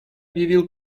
объявил